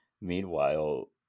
Meanwhile